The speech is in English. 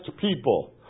people